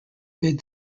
bid